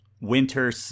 winter